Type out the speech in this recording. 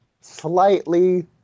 slightly